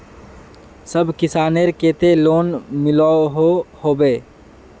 सब किसानेर केते लोन मिलोहो होबे?